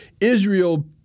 Israel